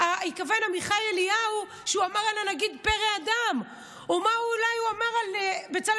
עמיחי אליהו כשהוא אמר על הנגיד "פרא אדם"; מה אמר בצלאל